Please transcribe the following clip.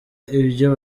ibyo